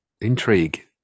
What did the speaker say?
intrigue